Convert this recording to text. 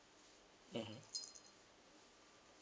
mmhmm